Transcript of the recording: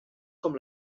com